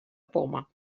poma